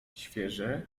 świeże